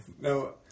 no